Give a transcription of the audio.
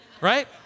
Right